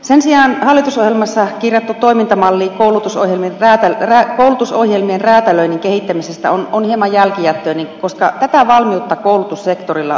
sen sijaan hallitusohjelmassa kirjattu toimintamalli koulutusohjelmien räätälöinnin kehittämisestä on hieman jälkijättöinen koska tätä valmiutta koulutussektorilla jo on